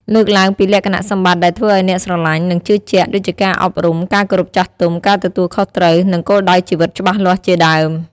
លើកឡើងពីលក្ខណៈសម្បត្តិដែលធ្វើឱ្យអ្នកស្រឡាញ់និងជឿជាក់ ដូចជាការអប់រំ ការគោរពចាស់ទុំ ការទទួលខុសត្រូវ និងគោលដៅជីវិតច្បាស់លាស់ជាដើម។